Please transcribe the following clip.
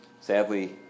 Sadly